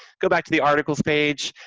go back to the articles page.